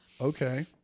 Okay